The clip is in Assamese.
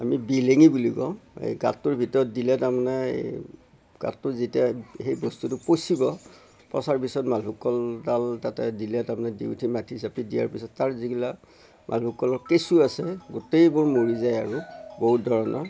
আমি বিহলঙি বুলি কওঁ এই গাতটোৰ ভিতৰত দিলে তাৰমানে গাটতো যেতিয়া সেই বস্তুটো পচিব পচাৰ পিছত মালভোগ কলডাল তাতে দিলে তাৰমানে দি উঠি মাটি জাপি দিয়াৰ পিছত তাৰ যিগিলাক মালভোগ কলৰ কেচু আছেই সেইবোৰ মৰি যায় আৰু বহুত ধৰণৰ